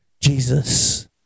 Jesus